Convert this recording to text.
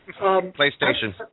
PlayStation